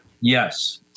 Yes